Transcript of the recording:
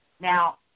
Now